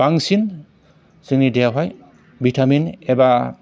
बांसिन जोंनि देहाखौहाय भिटामिन एबा